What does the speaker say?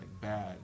bad